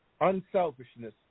unselfishness